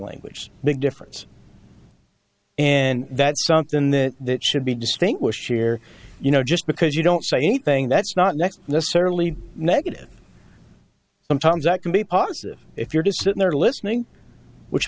language big difference and that's something that that should be distinguished here you know just because you don't say anything that's not next necessarily negative sometimes that can be positive if you're just sitting there listening which